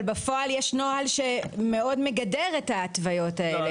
אבל בפועל יש נוהל שמאוד מגדר את ההתוויות האלה.